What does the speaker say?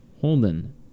Holden